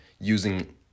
using